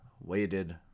waited